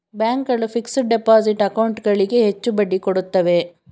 bank ಗಳು fixed deposit account ಗಳಿಗೆ ಹೆಚ್ಚು ಬಡ್ಡಿ ಕೊಡುತ್ತವೆ